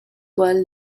while